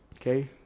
Okay